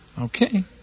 Okay